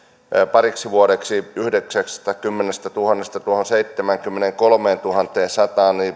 pariksi vuodeksi yhdeksästäkymmenestätuhannesta tuohon seitsemäänkymmeneenkolmeentuhanteensataan